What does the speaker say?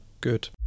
Good